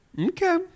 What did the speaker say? Okay